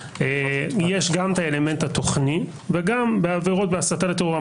יש גם את האלמנט התוכני וגם בעבירות להסתה לטרור,